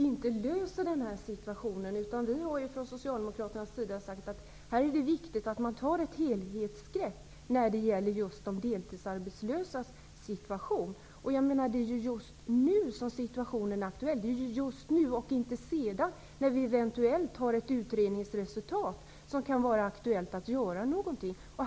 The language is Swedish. Herr talman! Men den här åtgärden, arbetslivsutvecklingen, löser inte problemen. Vi har från socialdemokratisk sida sagt att här är det viktigt att ta ett helhetsgrepp när det gäller de deltidsarbetslösas situation. Det är just nu som situationen är aktuell, inte senare då vi eventuellt har ett utredningsresultat.